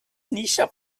nichent